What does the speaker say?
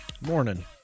Morning